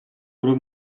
grup